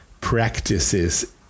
practices